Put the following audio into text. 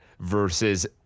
versus